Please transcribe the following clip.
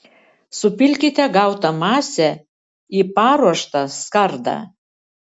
supilkite gautą masę į paruoštą skardą